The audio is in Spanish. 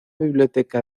biblioteca